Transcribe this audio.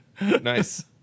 nice